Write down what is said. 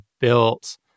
built